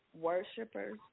Worshippers